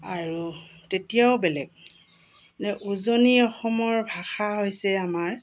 আৰু তেতিয়াও বেলেগ উজনি অসমৰ ভাষা হৈছে আমাৰ